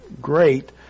great